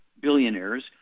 Billionaires